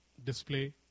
Display